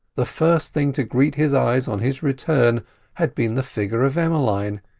the first thing to greet his eyes on his return had been the figure of emmeline.